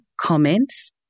comments